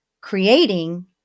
creating